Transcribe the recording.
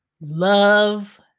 love